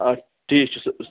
آ ٹھیٖک چھِ